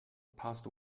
passed